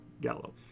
Gallo